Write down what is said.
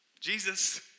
Jesus